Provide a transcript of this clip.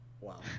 Wow